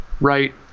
Right